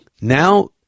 Now